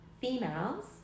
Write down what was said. females